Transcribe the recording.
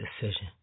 decision